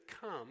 come